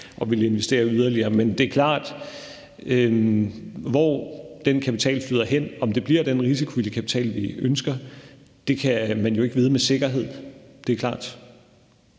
at ville investere yderligere. Men hvor den kapital flyder hen, og om det bliver den risikovillige kapital, vi ønsker, kan man jo ikke vide med sikkerhed. Det er klart.